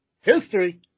history